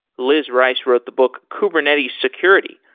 liz rice wrote the book kubernetes security,